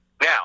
Now